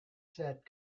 set